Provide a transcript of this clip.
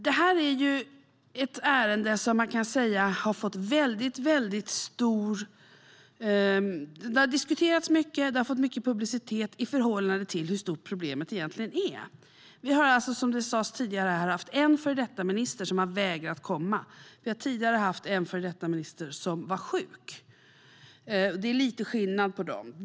Detta är ett ärende som har diskuterats mycket och som har fått mycket publicitet i förhållande till hur stort problemet egentligen är. Vi har alltså, som det sas tidigare här, haft en före detta minister som har vägrat att komma. Vi har också tidigare haft en före detta minister som var sjuk, och det är lite skillnad.